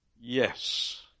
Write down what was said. Yes